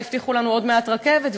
הבטיחו לנו עוד מעט רכבת,